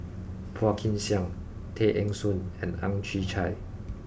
Phua Kin Siang Tay Eng Soon and Ang Chwee Chai